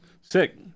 Sick